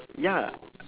ya